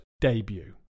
debut